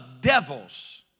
devils